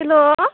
hello